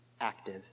Active